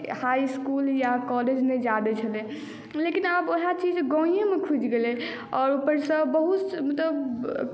high school या college नहि जाय दै छलै लेकिन आब उएह चीज गामेमे खुजि गेलै आओर ऊपरसँ बहुत मतलब